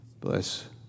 Bless